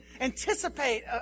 anticipate